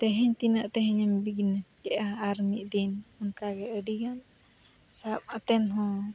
ᱛᱮᱦᱮᱧ ᱛᱤᱱᱟᱹᱜ ᱛᱮᱦᱮᱧᱮᱢ ᱵᱤᱡᱽᱱᱮᱥ ᱠᱮᱜᱼᱟ ᱟᱨ ᱢᱤᱫ ᱫᱤᱱ ᱚᱱᱠᱟᱜᱮ ᱟᱹᱰᱤ ᱜᱟᱱ ᱥᱟᱵ ᱟᱛᱮᱱ ᱦᱚᱸ